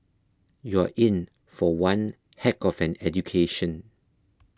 you're in for one heck of an education